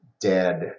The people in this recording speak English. dead